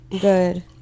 good